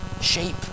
Shape